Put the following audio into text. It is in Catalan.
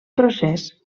procés